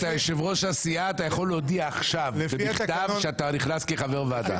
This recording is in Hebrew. אתה יושב-ראש הסיעה אתה יכול להודיע עכשיו במכתב שאתה נכנס כחבר ועדה.